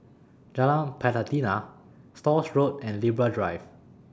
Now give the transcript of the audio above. Jalan Pelatina Stores Road and Libra Drive